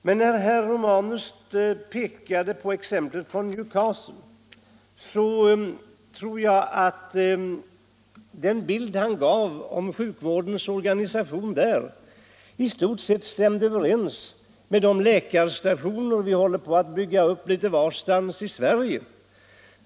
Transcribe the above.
Den bild herr Romanus målade upp av sjukvården i Newcastle tror jag dock i stort sett stämmer överens med den organisation med läkarstationer som vi håller på att bygga upp litet varstans i Sverige.